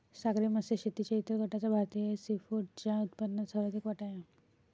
सागरी मत्स्य शेतीच्या इतर गटाचा भारतीय सीफूडच्या उत्पन्नात सर्वाधिक वाटा आहे